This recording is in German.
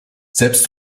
selbst